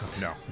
No